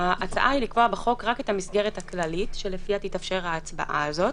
ההצעה היא לקבוע בחוק רק את המסגרת הכללית שלפיה תתאפשר הצבעה הזאת.